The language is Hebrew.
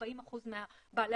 40% מבעלי